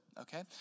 okay